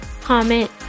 comment